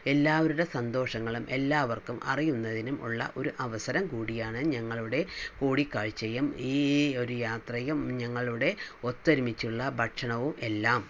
എല്ലാവരുടെ സന്തോഷങ്ങളും എല്ലാവർക്കും അറിയുന്നതിനും ഉള്ള ഒരു അവസരം കൂടിയാണ് ഞങ്ങളുടെ കൂടി കാഴ്ചയും ഈ ഒരു യാത്രയും ഞങ്ങളുടെ ഒത്തൊരുമിച്ചുള്ള ഭക്ഷണവും എല്ലാം